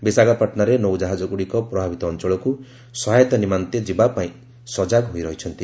ବିଶାଖାପାଟଣାରେ ନୌଜାହାଜଗୁଡ଼ିକ ପ୍ରଭାବିତ ଅଞ୍ଚଳକୁ ସହାୟତା ନିମନ୍ତେ ଯିବା ପାଇଁ ସଜାଗ ହୋଇ ରହିଛନ୍ତି